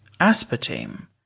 aspartame